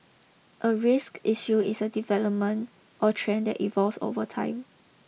a risk issue is a development or trend that evolves over time